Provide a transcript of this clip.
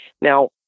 Now